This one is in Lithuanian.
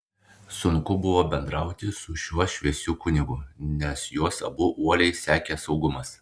sunku buvo bendrauti su šiuo šviesiu kunigu nes juos abu uoliai sekė saugumas